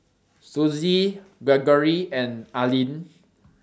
Suzy Greggory and Allyn